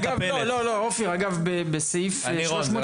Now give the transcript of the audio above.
מדובר